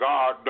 God